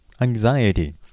anxiety